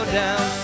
down